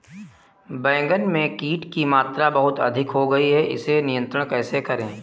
बैगन में कीट की मात्रा बहुत अधिक हो गई है इसे नियंत्रण कैसे करें?